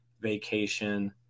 vacation